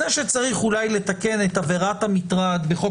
זה שצריך אולי לתקן את עבירת המטרד בחוק